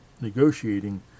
negotiating